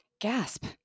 Gasp